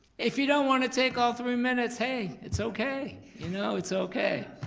if you don't wanna take all three minutes, hey, it's okay. you know it's okay.